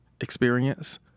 experience